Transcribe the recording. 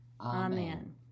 Amen